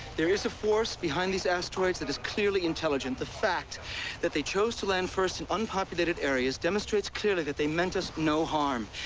there is ah aorce behind these asteroids that is clearly intelligent. the fact that they chose to land first in unpopulated areas demonstrates that they meant us no harm.